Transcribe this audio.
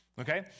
Okay